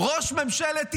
ראש ממשלת ישראל,